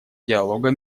диалога